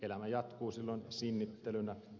elämä jatkuu silloin sinnittelynä